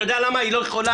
אתה יודע למה היא לא יכולה?